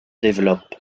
développe